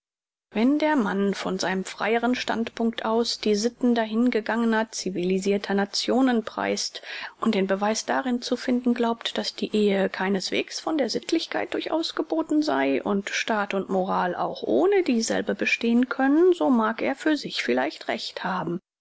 wenn der mann von seinem freieren standpunkt aus die sitten dahingegangener civilisirter nationen preis't und den beweis darin zu finden glaubt daß die ehe keineswegs von der sittlichkeit durchaus geboten sei und staat und moral auch ohne dieselbe bestehen können so mag er für sich vielleicht recht haben